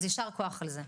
אז ישר כוח על זה.